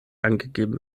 angegeben